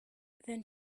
then